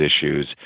issues